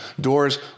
doors